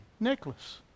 necklace